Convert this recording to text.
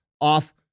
off